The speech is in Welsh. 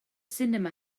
sinema